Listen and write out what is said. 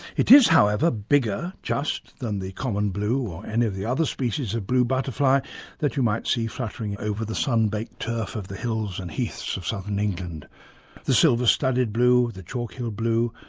it is however bigger, just, than the common blue or any of the other species of blue butterfly that you might see fluttering over the sunbaked turf of the hills and heaths of southern england the silver-studded blue, the chalkhill blue,